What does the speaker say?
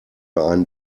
einen